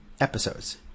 episodes